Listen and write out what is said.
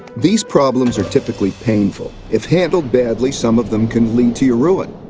these problems are typically painful. if handled badly, some of them can lead to your ruin.